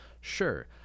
sure